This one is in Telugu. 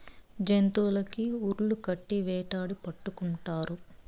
జంతులకి ఉర్లు కట్టి వేటాడి పట్టుకుంటారు